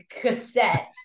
cassette